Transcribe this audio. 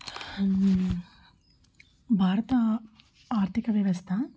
భారత ఆర్దిక వ్యవస్థ